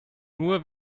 nur